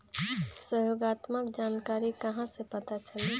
सहयोगात्मक जानकारी कहा से पता चली?